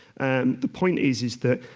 and the point is is that